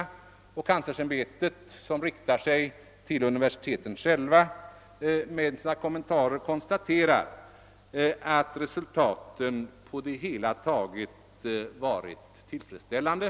Kanslersämbetet, som riktar sina kommentarer direkt till universiteten, konstaterar att resultaten på det hela taget varit tillfredsställande.